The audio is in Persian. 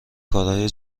کارهای